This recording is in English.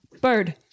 bird